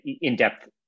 in-depth